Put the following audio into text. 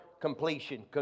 completion